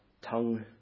tongue